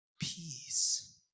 peace